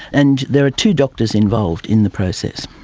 and there are two doctors involved in the process.